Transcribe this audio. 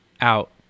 out